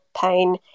pain